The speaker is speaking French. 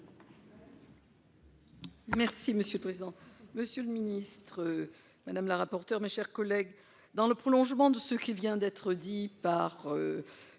Merci monsieur le président, monsieur le ministre madame la rapporteure, mes chers collègues, dans le prolongement de ce qui vient d'être dit par